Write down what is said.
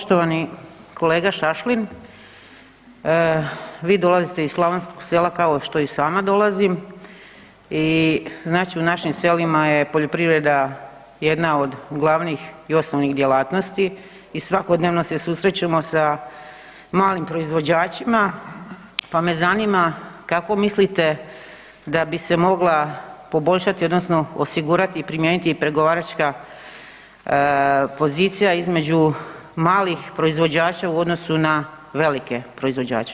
Poštovani kolega Šašlin vi dolazite iz slavonskog sela kao što i sama dolazim i znači u našim selima je poljoprivreda jedna od glavnih i osnovnih djelatnosti i svakodnevno se susrećemo sa malim proizvođačima, pa me zanima kako mislite da bi se mogla poboljšati odnosno osigurati i primijeniti i pregovaračka pozicija između malih proizvođača u odnosu na velike proizvođače.